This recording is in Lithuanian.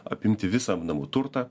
apimti visą namų turtą